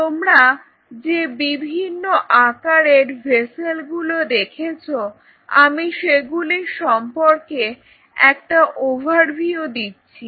তোমরা যে বিভিন্ন আকারের ভেসেল গুলো দেখেছ আমি সেগুলির সম্পর্কে একটা ওভারভিউ দিচ্ছি